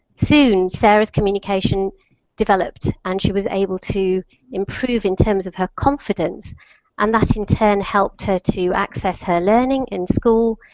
soon, sarah's communication developed and he was able to improve in terms of her confidence and that in turn helped her to access her learning in school,